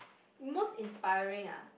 most inspiring ah